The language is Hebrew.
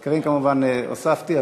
את קארין כמובן הוספתי.